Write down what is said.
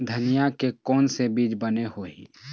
धनिया के कोन से बीज बने होही?